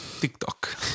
tiktok